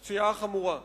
חמורה.